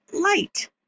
light